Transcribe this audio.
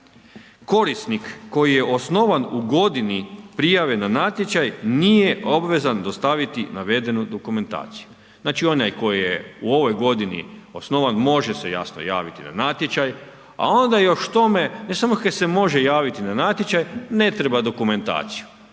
„Korisnik koji je osnovan u godini prijave na natječaj nije obvezan dostaviti navedenu dokumentaciju“. Znači onaj tko je u ovoj godini osnovan može se jasno javiti na natječaj, a onda još k tome ne samo kaj se može javiti na natječaj nego ne treba dokumentaciju.